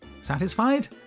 Satisfied